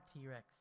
T-Rex